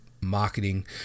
marketing